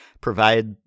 provide